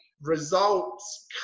results